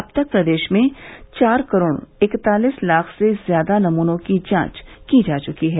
अब तक प्रदेश में चार करोड़ इकतालीस लाख से ज्यादा नमूनों की जांच की जा चुकी है